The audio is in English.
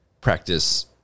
practice